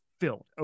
filled